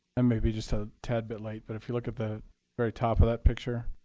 and may be just a tad bit late. but if you look at the very top of that picture,